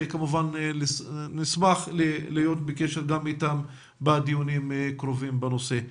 נשמח להיות בקשר גם איתם בדיונים הקרובים בנושא.